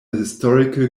historical